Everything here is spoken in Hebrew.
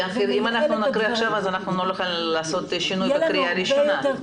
אם נקריא עכשיו לא נוכל לעשות שינויים לקריאה ראשונה.